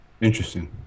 Interesting